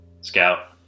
Scout